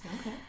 Okay